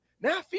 Now